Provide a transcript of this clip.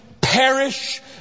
perish